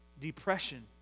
depression